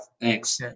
Thanks